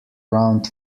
round